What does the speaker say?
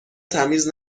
تمیز